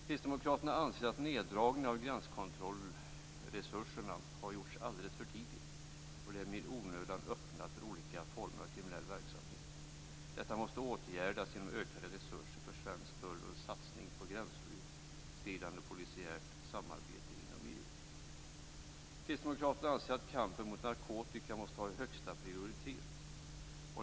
Kristdemokraterna anser att neddragningen av gränskontrollresurserna har gjorts alldeles för tidigt och därmed i onödan öppnat för olika former av kriminell verksamhet. Detta måste åtgärdas genom ökade resurser för en satsning på gränsöverskridande polisiärt samarbete inom EU. Kristdemokraterna anser att kampen mot narkotika måste ha högsta prioritet.